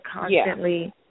constantly